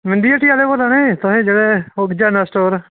एह् बड्डी हट्टी आह्ले बोल्ला नै ताहीं दा जनरल स्टोर